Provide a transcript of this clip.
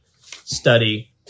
study